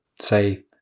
say